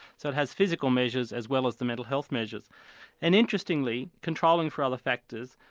so it has physical measures as well as the mental health measures and interestingly, controlling for other factors,